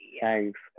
Thanks